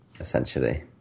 essentially